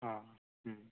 अ